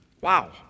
Wow